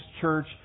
church